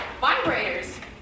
vibrators